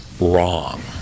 wrong